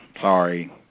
Sorry